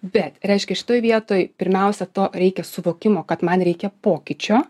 bet reiškia šitoj vietoj pirmiausia to reikia suvokimo kad man reikia pokyčio